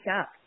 up